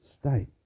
state